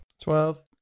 Twelve